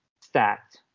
stacked